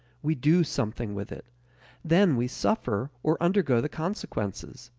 we do something with it then we suffer or undergo the consequences.